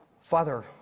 Father